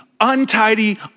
untidy